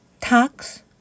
Tax